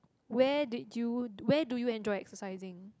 where did you where do you enjoy exercising